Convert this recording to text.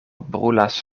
brulas